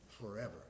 forever